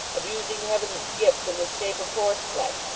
abusing heaven's gifts in the shape of horseflesh,